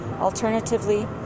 Alternatively